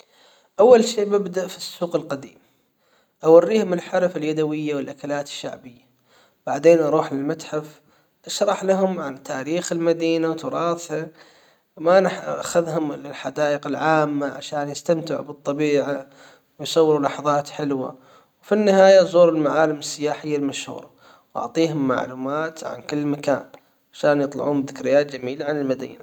اول شيء ببدأ في السوق القديم أوريهم الحرف اليدوية والاكلات الشعبية بعدين أروح للمتحف أشرح لهم عن تاريخ المدينةو تراثها ما اخذهم الحدائق العامة عشان يستمتعوا بالطبيعة. ويصوروا لحظات حلوة وفي النهاية أزور المعالم السياحية المشهورة واعطيهم معلومات عن كل مكان عشان يطلعون بذكريات جميلة عن المدينة.